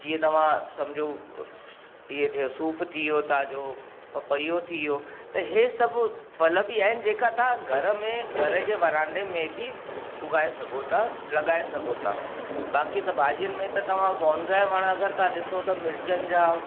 जीअं तव्हां सम्झो इहे थियो सूफ़ु थियो ताज़ो पपयो थियो हीअ सभु फल बि आहिनि जेका तव्हां घर में घर जे वणांदे में बि उॻाए सघो था लॻाए सघो था बाक़ी त भाॼीयुनि में तव्हां बॉन्ज़ाए वण अगरि तव्हां ॾिसो त मिर्चनि जा